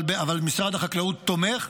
משרד החקלאות תומך.